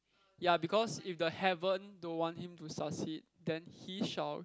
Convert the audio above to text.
ya because if the heaven don't want him to succeed then he shall